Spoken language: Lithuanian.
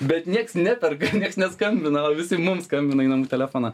bet nieks neperka nieks neskambina o visi mums skambina į namų telefoną